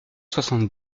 soixante